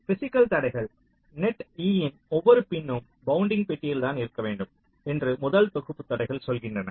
physical தடைகள் net e யின் ஒவ்வொரு பின்னும் பவுண்டிங் பெட்டியில் தான் இருக்க வேண்டும் என்று முதல் தொகுப்பு தடைகள் சொல்கின்றன